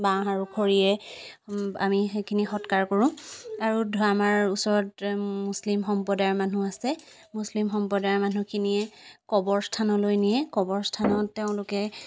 বাঁহ আৰু খৰিৰে আমি সেইখিনি সৎকাৰ কৰোঁ আৰু ধৰ আমাৰ ওচৰত মুছলিম সম্প্ৰদায়ৰ মানুহ আছে মুছলিম সম্প্ৰদায়ৰ মানুহখিনিয়ে কবৰস্থানলৈ নিয়ে কবৰস্থানত তেওঁলোকে